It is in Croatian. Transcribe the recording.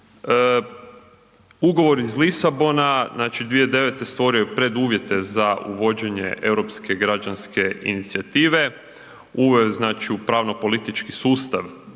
Ugovor iz Lisabona, znači 2009. stvorio je preduvjete za uvođenje Europske građanske inicijative. Uveo je znači u pravno politički sustav